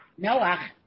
Noach